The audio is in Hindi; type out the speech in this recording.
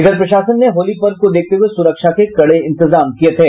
उधर प्रशासन ने होली पर्व को देखते हुये सुरक्षा के कड़े इंतजाम किये थे